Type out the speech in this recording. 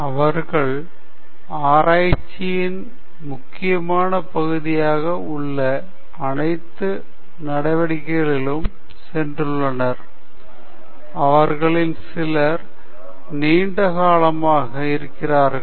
அவர்கள் ஆராய்ச்சியின் முக்கியமான பகுதியாக உள்ள அனைத்து நடவடிக்கைகளிலும் சென்றுள்ளனர் அவர்களில் சிலர் நீண்ட காலமாகவே இருக்கிறார்கள்